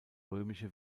römische